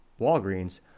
Walgreens